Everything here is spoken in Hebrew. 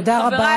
תודה רבה.